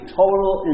total